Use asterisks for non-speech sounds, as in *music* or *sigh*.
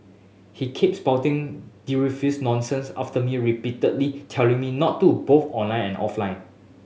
he kept spouting *unintelligible* nonsense after me repeatedly telling me not do both online and offline